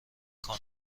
کنن